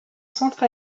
centre